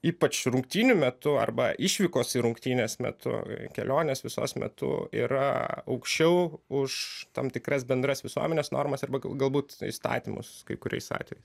ypač rungtynių metu arba išvykos į rungtynes metu kelionės visos metu yra aukščiau už tam tikras bendras visuomenės normas arba ga galbūt įstatymus kai kuriais atvejais